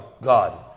God